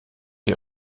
die